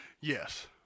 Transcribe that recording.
Yes